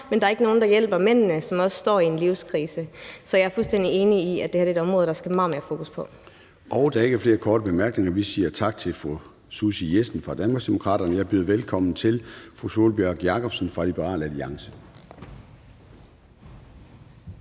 men der er ikke nogen, der hjælper mændene, som også står i en livskrise. Så jeg er fuldstændig enig i, at det her er et område, der skal meget mere fokus på. Kl. 16:17 Formanden (Søren Gade): Der er ikke flere korte bemærkninger. Vi siger tak fru Susie Jessen fra Danmarksdemokraterne. Jeg byder velkommen til fru Sólbjørg Jakobsen fra Liberal Alliance.